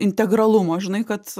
integralumo žinai kad